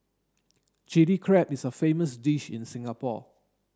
Chilli Crab is a famous dish in Singapore